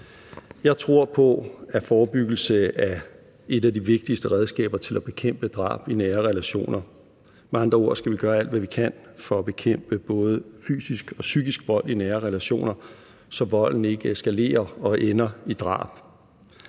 Jeg tror på, at forebyggelse er et af de vigtigste redskaber til at bekæmpe drab i nære relationer, med andre ord skal vi gøre alt, hvad vi kan, for at bekæmpe både fysisk og psykisk vold i nære relationer, så volden ikke eskalerer og ender i drab.